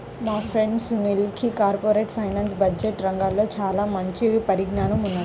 మా ఫ్రెండు సునీల్కి corporate finance, budget రంగాల్లో చానా మంచి పరిజ్ఞానం ఉన్నది